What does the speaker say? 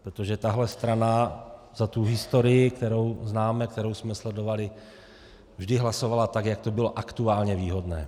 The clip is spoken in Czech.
Protože tahle strana za tu historii známe, kterou jsme sledovali, vždy hlasovala tak, jak to bylo aktuálně výhodné.